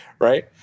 Right